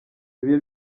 ibyo